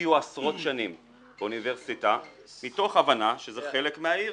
השקיעו עשרות שנים באוניברסיטה מתוך הבנה שזה חלק מהעיר,